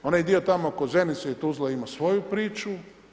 Onaj dio tamo kod Zenice i Tuzle ima svoju priču.